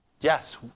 Yes